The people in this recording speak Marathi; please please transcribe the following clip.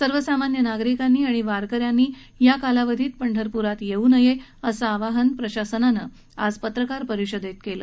सर्वसामान्य नागरिकांनी आणि वारक यांनी या कालावधीत पंढरपुरात येऊ नये असं आवाहन प्रशासनानं आज पत्रकार परिषदेत केलं